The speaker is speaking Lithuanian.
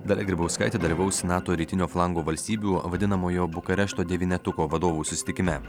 dalia grybauskaitė dalyvaus nato rytinio flango valstybių vadinamojo bukarešto devynetuku vadovų susitikime